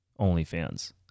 OnlyFans